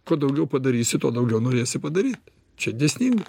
kuo daugiau padarysi tuo daugiau norėsi padaryt čia dėsninga